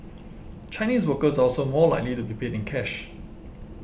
Chinese workers are also more likely to be paid in cash